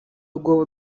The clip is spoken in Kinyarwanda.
rwobo